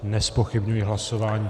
Nezpochybňuji hlasování.